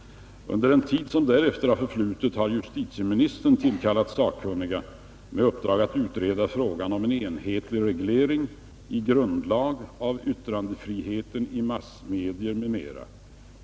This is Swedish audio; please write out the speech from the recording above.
Under den tid som därefter förflutit har justitieministern tillkallat särskilda sakkunniga med uppdrag att utreda frågan om en enhetlig reglering i grundlag av yttrandefriheten i massmedier m.m.